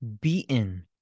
beaten